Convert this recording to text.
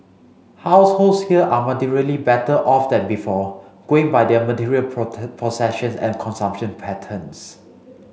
households here are materially better off than before going by their material possession and consumption patterns